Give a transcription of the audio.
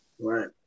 right